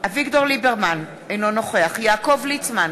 אביגדור ליברמן, אינו נוכח יעקב ליצמן,